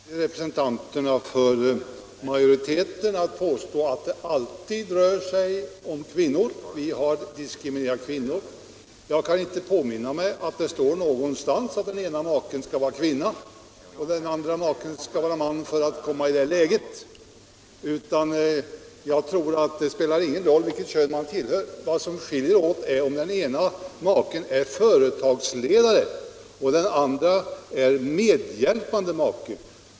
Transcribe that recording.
Herr talman! Representanterna för majoriteten envisas med att påstå att det alltid rör sig om kvinnor, dvs. att vi har diskriminerat kvinnor. Jag kan inte påminna mig att det står något om vilken av makarna som är man resp. kvinna. Det spelar här ingen roll vilket kön man tillhör —- vad som har betydelse är vilken av makarna som är företagsledare resp. medhjälpande make.